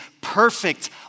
perfect